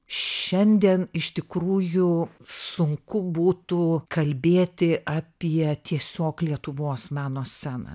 šiandien iš tikrųjų sunku būtų kalbėti apie tiesiog lietuvos meno sceną